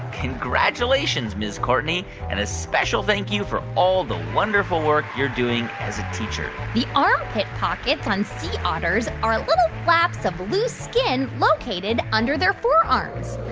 congratulations, ms. courtney. and a special thank-you for all the wonderful work you're doing as a teacher the armpit pockets on sea otters are little flaps of loose skin located under their forearms.